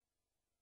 וזו תופעה שקיימת.